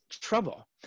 trouble